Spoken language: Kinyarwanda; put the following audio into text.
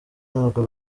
ntabwo